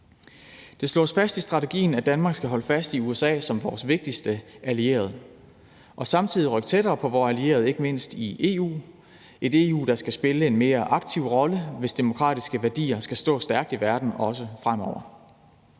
Det slås fast i strategien, at Danmark skal holde fast i USA som vores vigtigste allierede, og samtidig skal vi rykke tættere på vores allierede, ikke mindst i EU. Det er et EU, der skal spille en mere aktiv rolle, hvis demokratiske værdier skal stå stærkt i verden, også fremover.